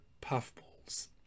puffballs